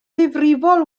ddifrifol